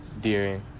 dear